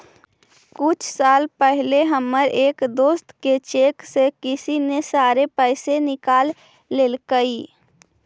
कुछ साल पहले हमर एक दोस्त के चेक से किसी ने सारे पैसे निकाल लेलकइ